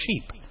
cheap